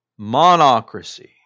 Monocracy